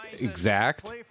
exact